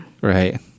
right